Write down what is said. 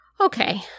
Okay